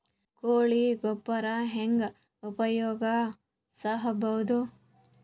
ಕೊಳಿ ಗೊಬ್ಬರ ಹೆಂಗ್ ಉಪಯೋಗಸಬಹುದು?